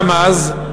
גם אז,